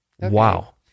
Wow